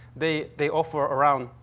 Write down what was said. they they offer around,